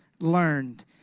learned